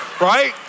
Right